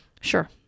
Sure